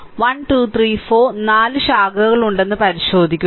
അതിനാൽ 1 2 3 4 നാല് ശാഖകളുണ്ടെന്ന് പരിശോധിക്കുക